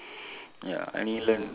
ya I only learn